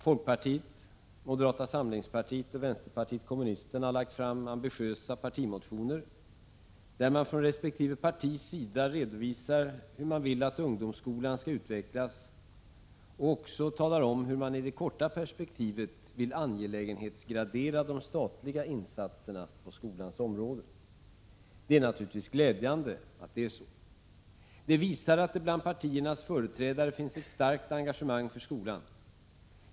Folkpartiet, moderata samlingspartiet och vänsterpartiet kommunisterna har lagt fram ambitiösa partimotioner, där man från resp. partis sida redovisar hur man önskar att ungdomsskolan skall utvecklas och också hur man i det korta perspektivet vill angelägenhetsgradera de statliga insatserna på skolans område. Detta är i sig naturligtvis glädjande. Det visar att det bland partiernas företrädare finns ett starkt engagemang för skolan.